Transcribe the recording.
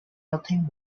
nothing